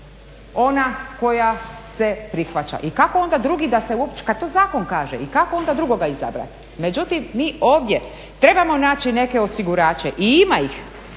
ona koja se prihvaća. I kako onda drugi da se uopće, kad to zakon kaže i kako onda drugoga izabrati. Međutim, mi ovdje trebamo naći neke osigurače i ima ih